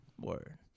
word